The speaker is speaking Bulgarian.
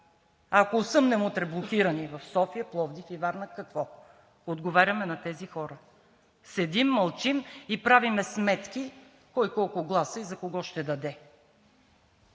Ако осъмнем утре блокирани в София, Пловдив и Варна, какво отговаряме на тези хора? Седим, мълчим и правим сметки кой колко гласа и за кого ще даде.